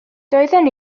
doeddwn